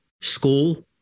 school